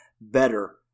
better